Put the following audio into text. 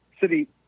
City